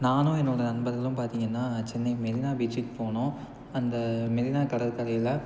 நானும் என்னோடய நண்பர்களும் பார்த்தீங்கன்னா சென்னை மெரினா பீச்சுக்கு போனோம் அந்த மெரினா கடற்கரையில்